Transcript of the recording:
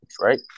right